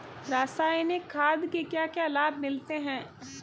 रसायनिक खाद के क्या क्या लाभ मिलते हैं?